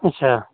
अच्छा